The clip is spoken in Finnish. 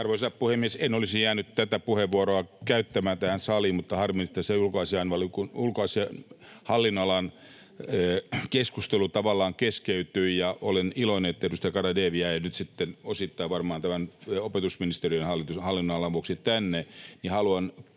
Arvoisa puhemies! En olisi jäänyt tätä puheenvuoroa käyttämään tähän saliin, mutta harmillisesti ulkoasiain hallinnonalan keskustelu tavallaan keskeytyi, ja olen iloinen, että edustaja Garedew jäi nyt sitten osittain varmaan opetusministeriön hallinnonalan vuoksi tänne, kun